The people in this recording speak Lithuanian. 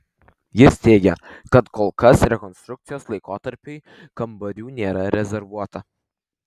jis teigia kad kol kas rekonstrukcijos laikotarpiui kambarių nėra rezervuota